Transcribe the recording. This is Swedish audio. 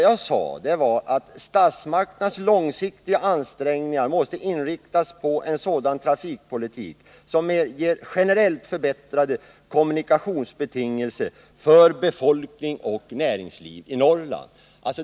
Jag sade att statsmakternas långsiktiga ansträngningar måste inriktas på en sådan trafikpolitik som ger generellt förbättrade kommunikationsbetingelser för befolkning och näringsliv i Norrland.